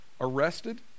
arrested